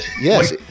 Yes